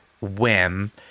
whim